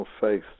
faith